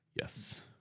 Yes